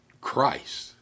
Christ